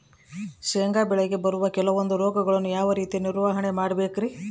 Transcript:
ಶೇಂಗಾ ಬೆಳೆಗೆ ಬರುವ ಕೆಲವೊಂದು ರೋಗಗಳನ್ನು ಯಾವ ರೇತಿ ನಿರ್ವಹಣೆ ಮಾಡಬೇಕ್ರಿ?